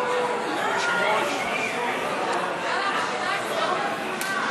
חוק התפזרות הכנסת העשרים, התשע"ט 2018, נתקבל.